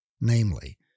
namely